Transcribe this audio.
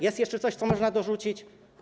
Jest jeszcze coś, co można dorzucić?